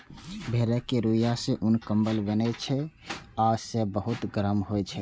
भेड़क रुइंया सं उन, कंबल बनै छै आ से बहुत गरम होइ छै